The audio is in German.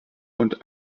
und